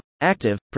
active